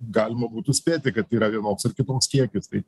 galima būtų spėti kad yra vienoks ar kitoks kiekis tai